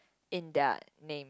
in their name